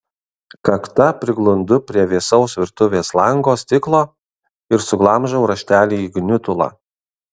kakta priglundu prie vėsaus virtuvės lango stiklo ir suglamžau raštelį į gniutulą